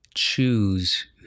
choose